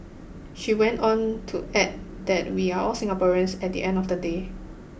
she went on to add that we are all Singaporeans at the end of the day